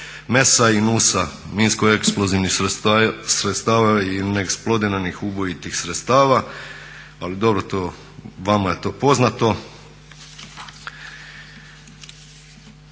MES-a i NUS-a minskoeksplozivnih sredstava i neeksplodiranih ubojitih sredstava, ali vama je to poznato.